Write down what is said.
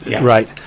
right